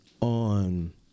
on